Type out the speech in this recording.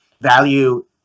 value